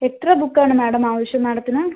എത്ര ബുക്കാണ് മാഡം ആവശ്യം മാഡത്തിന്